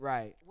Right